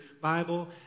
Bible